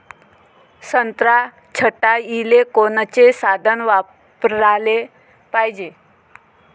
संत्रा छटाईले कोनचे साधन वापराले पाहिजे?